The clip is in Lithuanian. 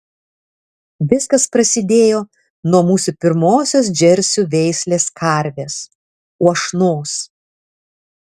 viskas prasidėjo nuo mūsų pirmosios džersių veislės karvės uošnos